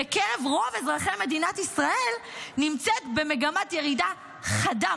בקרב רוב אזרחי מדינת ישראל נמצאת במגמת ירידה חדה,